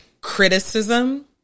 criticism